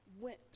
went